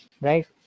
right